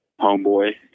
homeboy